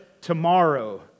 tomorrow